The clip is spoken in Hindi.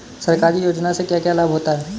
सरकारी योजनाओं से क्या क्या लाभ होता है?